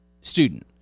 student